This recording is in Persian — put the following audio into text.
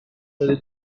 دارید